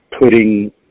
putting